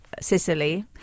Sicily